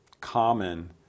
common